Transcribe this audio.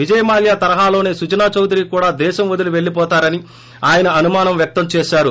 విజయ మాల్యా తరహాలోసే సుజనా చౌదరి కూడా దేశం వదిలీ పెళ్ళిపోతారని ఆయన అనుమానం వ్యక్తం చేశారు